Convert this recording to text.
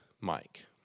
Mike